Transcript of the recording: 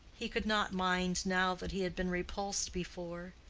he could not mind now that he had been repulsed before.